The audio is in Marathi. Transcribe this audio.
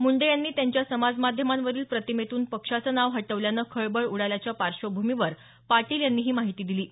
मुंडे यांनी त्यांच्या समाजमाध्यमांवरील प्रतिमेतून पक्षाचं नाव हटवल्यानं खळबळ उडाल्याच्या पार्श्वभूमीवर पाटील यांनी ही माहिती दिली आहे